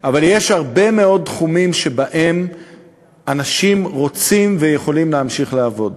אבל יש הרבה מאוד תחומים שבהם אנשים רוצים ויכולים להמשיך לעבוד.